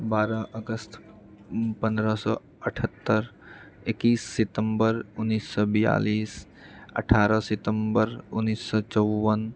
बारह अगस्त पन्द्रह सए अठहत्तर एकैस सितम्बर उन्नैस सए बिआलिस अठारह सितम्बर उन्नैस सए चौवन